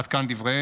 עד כאן דבריהם.